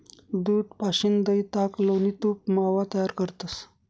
दूध पाशीन दही, ताक, लोणी, तूप, मावा तयार करतंस